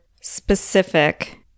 specific